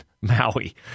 Maui